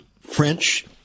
French